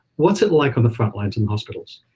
what's it like on the front lines in the hospitals?